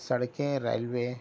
سڑکیں ریلوے